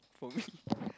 for me